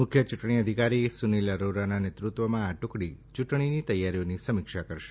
મુખ્ય ચુંટણી અધિકારી સુનિલ અરોરાના નેતૃત્વમાં આ ટુકડી ચુંટણીની તૈયારીઓની સમીક્ષા કરશે